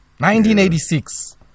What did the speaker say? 1986